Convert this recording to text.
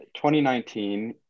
2019